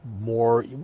more